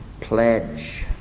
pledge